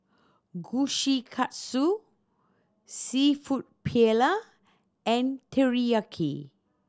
Kushikatsu Seafood Paella and Teriyaki